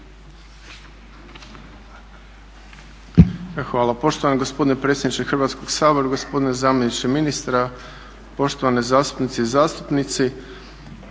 Hvala.